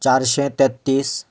चारशें तेत्तीस